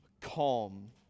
calm